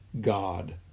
God